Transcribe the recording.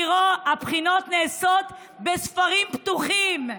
הבחינות נעשות בספרים פתוחים.